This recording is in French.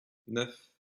neuf